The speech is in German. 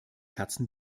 katzen